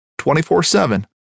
24-7